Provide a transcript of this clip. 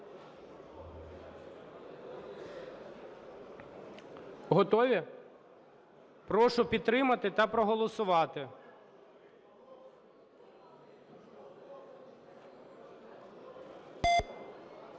Готові? Прошу підтримати та проголосувати.